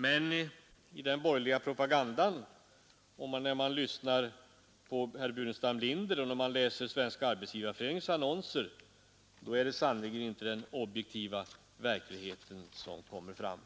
Men när man hör den borgerliga propagandan, när man lyssnar på herr Burenstam Linder och när man läser Svenska arbetsgivareföreningens annonser, är det sannerligen inte verkligheten som objektivt skildras.